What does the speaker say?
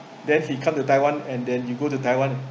then he come to taiwan and then you go to taiwan